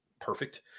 perfect